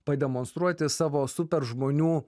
pademonstruoti savo superžmonių